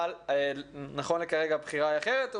אבל נכון לכרגע הבחירה היא אחרת,